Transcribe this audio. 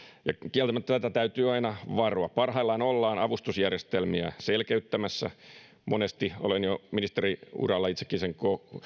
kieltämättä tätä täytyy aina varoa parhaillaan ollaan avustusjärjestelmiä selkeyttämässä ja monesti olen jo ministeriuralla itsekin sen